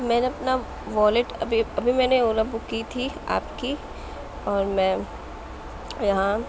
میں اپنا والیٹ ابھی ابھی میں نے اولا بک کی تھی آپ کی اور میں یہاں